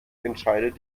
entscheidet